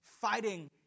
fighting